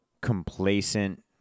complacent